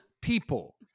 people